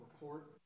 report